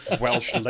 Welsh